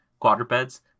quadrupeds